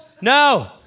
No